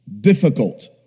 difficult